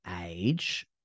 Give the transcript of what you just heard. age